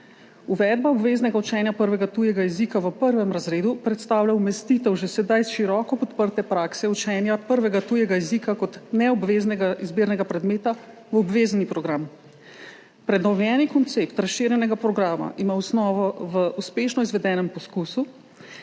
Uvedba obveznega učenja prvega tujega jezika v 1. razredu predstavlja umestitev že sedaj široko podprte prakse učenja prvega tujega jezika kot neobveznega izbirnega predmeta v obvezni program. Prenovljeni koncept razširjenega programa ima osnovo v uspešno izvedenem poskusu